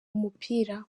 umupira